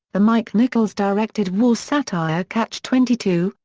the mike nichols-directed war satire catch twenty two,